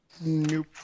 Nope